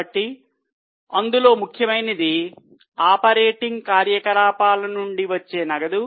కాబట్టి అందులో ముఖ్యమైనది ఆపరేటింగ్ కార్యకలాపాల నుండి వచ్చే నగదు